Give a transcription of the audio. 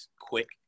quick